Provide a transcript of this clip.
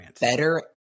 better